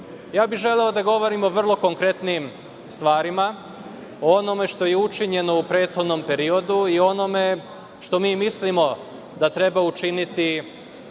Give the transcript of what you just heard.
bih da govorim o vrlo konkretnim stvarima, o onome što je učinjeno u prethodnom periodu i o onome što mi mislimo da treba učiniti